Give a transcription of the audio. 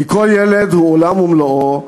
כי כל ילד הוא עולם ומלואו.